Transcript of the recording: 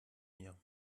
mir